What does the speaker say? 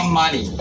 money